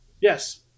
Yes